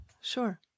Sure